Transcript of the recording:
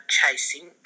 chasing